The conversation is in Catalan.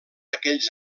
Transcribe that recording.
aquells